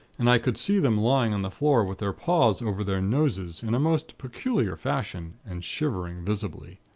and i could see them lying on the floor with their paws over their noses, in a most peculiar fashion, and shivering visibly.